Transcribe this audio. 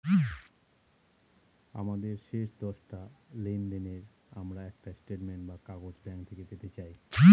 আমাদের শেষ দশটা লেনদেনের আমরা একটা স্টেটমেন্ট বা কাগজ ব্যাঙ্ক থেকে পেতে পাই